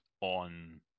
on